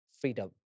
freedom